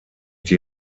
die